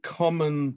common